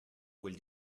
quel